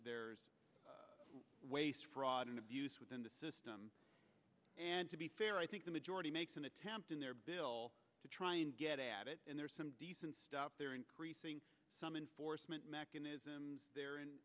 there's waste fraud and abuse within the system and to be fair i think the majority makes an attempt in their bill to try and get at it and there's some decent stuff there increasing some enforcement mechanism there